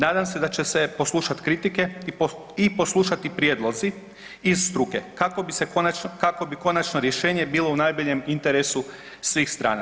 Nadam se da će se poslušati kritike i poslušati prijedlozi iz struke kako bi konačno rješenje bilo u najboljem interesu svih strana.